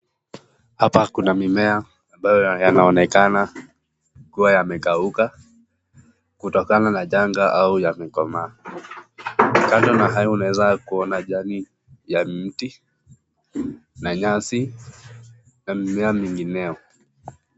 Hapa kuna mimea ambayo inaonekana imekauka, kutokana na janga yao kukomaa, kando na hayo unaeza kuona jani, miti na nyasi, na mimea mingineo.